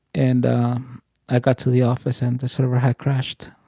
and i got to the office, and the server had crashed